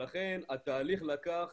לכן התהליך לקח